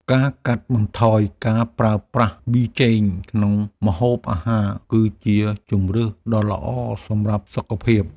ការកាត់បន្ថយការប្រើប្រាស់ប៊ីចេងក្នុងម្ហូបអាហារ គឺជាជម្រើសដ៏ល្អសម្រាប់សុខភាព។